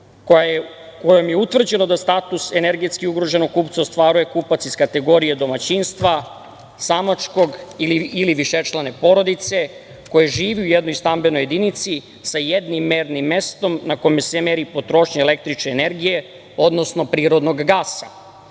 kojom je utvrđeno da status energetski ugroženog kupca ostvaruje kupac iz kategorije domaćinstva, samačkog ili višečlane porodice koje žive u jednoj stambenoj jedinici sa jednim mernim mestom na kome se meri potrošnja električne energije, odnosno prirodnog gasa,